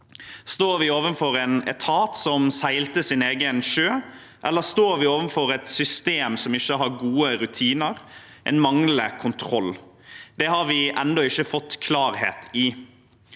Står vi overfor en etat som seilte sin egen sjø, eller står vi overfor et system som ikke har gode rutiner og manglende kontroll? Det har vi ennå ikke fått klarhet i.